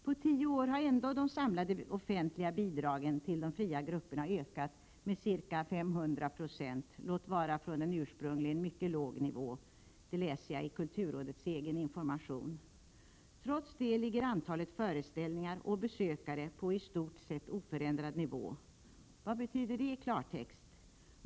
På tio år har ändå de samlade offentliga bidragen till de fria grupperna ökat med ca 500 96 — låt vara från en ursprungligen mycket låg nivå — läser jag i kulturrådets egen information. Trots detta ligger antalet föreställningar och besökare på i stort sett oförändrad nivå. Vad betyder det i klartext?